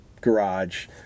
garage